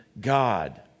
God